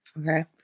Okay